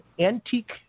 antique